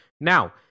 Now